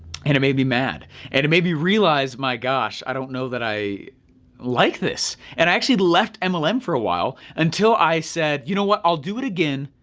and it made me mad, and it made me realize, my gosh, i don't know that i like this, and i actually left um mlm um for a while, until i said, you know what, i'll do it again,